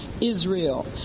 Israel